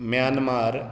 Myanmar